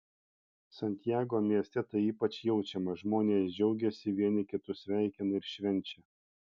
santiago mieste tai ypač jaučiama žmonės džiaugiasi vieni kitus sveikina ir švenčia